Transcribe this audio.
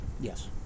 Yes